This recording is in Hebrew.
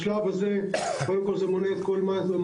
בשלב הזה קודם כל זה מונע את המראות